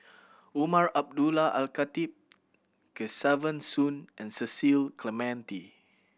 Umar Abdullah Al Khatib Kesavan Soon and Cecil Clementi